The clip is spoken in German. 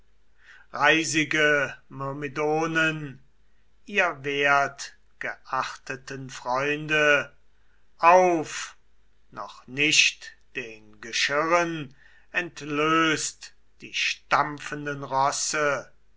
reisige myrmidonen ihr wertgeachteten freunde auf noch nicht den geschirren entlöst die stampfenden rosse